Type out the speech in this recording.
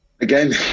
Again